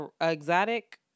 Exotic